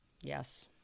yes